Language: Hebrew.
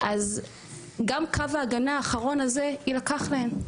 אז גם קו ההגנה האחרון הזה יילקח להם,